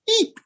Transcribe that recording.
eep